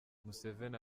museveni